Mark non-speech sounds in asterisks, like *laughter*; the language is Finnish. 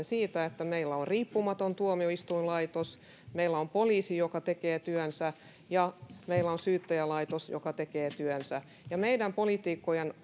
*unintelligible* siitä että meillä on riippumaton tuomioistuinlaitos meillä on poliisi joka tekee työnsä ja meillä on syyttäjälaitos joka tekee työnsä ja meidän poliitikkojen *unintelligible*